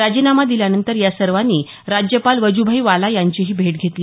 राजीनामा दिल्यानंतर या सर्वांनी राज्यपाल वजूभाई वाला यांचीही भेट घेतली